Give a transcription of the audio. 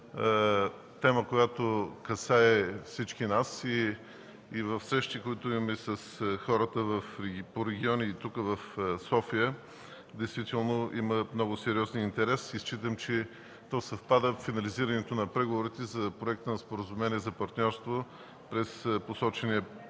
тема, която касае всички нас и в срещи, които имаме с хората по региони и в София. Действително има много сериозен интерес и считам, че съвпада с финализирането на преговорите за Проекта на споразумение за партньорство през посочения